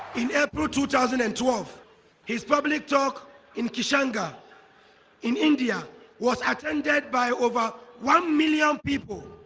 in april two thousand and twelve his public talk in kasanga in india was attended by over one million people